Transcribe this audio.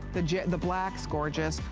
the the black is gorgeous.